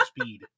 speed